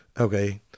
okay